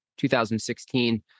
2016